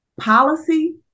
policy